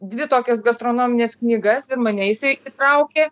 dvi tokias gastronomines knygas ir mane jisai traukė